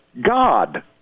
God